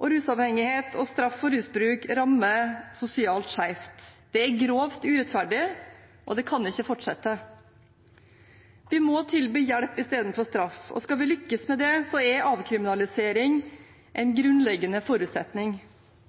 Og rusavhengighet og straff for rusbruk rammer sosialt skjevt. Det er grovt urettferdig og kan ikke fortsette. Vi må tilby hjelp istedenfor straff, og skal vi lykkes med det, er avkriminalisering en